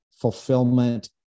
fulfillment